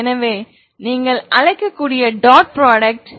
எனவே இது நீங்கள் அழைக்கக்கூடிய டாட் ப்ரோடக்ட்